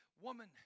woman